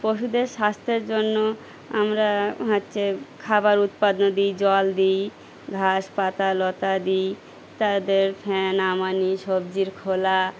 পশুদের স্বাস্থ্যের জন্য আমরা হচ্ছে খাবার উৎপাদন দিই জল দিই ঘাস পাতা লতা দিই তাদের ফ্যান আমানি সবজির খোলা